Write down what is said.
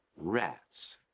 rats